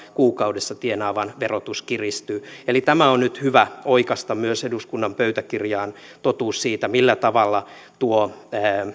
kuukaudessa tienaavan verotus kiristyy eli tämä on nyt hyvä oikaista myös eduskunnan pöytäkirjaan totuus siitä millä tavalla tuo